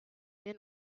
den